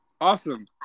awesome